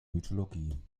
mythologie